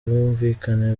bwumvikane